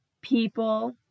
people